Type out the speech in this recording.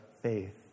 faith